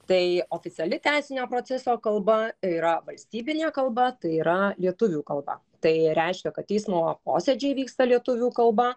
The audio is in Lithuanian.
tai oficiali teisinio proceso kalba yra valstybinė kalba tai yra lietuvių kalba tai reiškia kad teismo posėdžiai vyksta lietuvių kalba